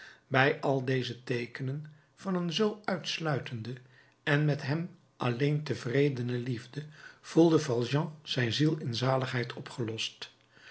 bij al deze teekenen van een zoo uitsluitende en met hem alleen tevredene liefde voelde valjean zijn ziel in zaligheid opgelost